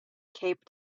cape